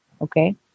okay